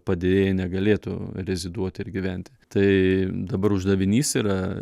padėjėjai negalėtų reziduoti ir gyventi tai dabar uždavinys yra